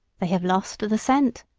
they have lost the scent,